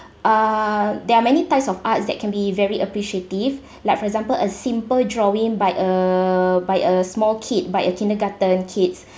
uh there are many types of arts that can be very appreciative like for example a simple drawing by uh by a small kid by a kindergarten kids